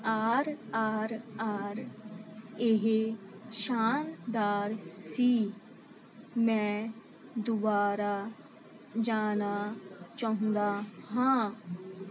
R R R ਇਹ ਸ਼ਾਨਦਾਰ ਸੀ ਮੈਂ ਦੁਬਾਰਾ ਜਾਣਾ ਚਾਹੁੰਦਾ ਹਾਂ